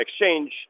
exchange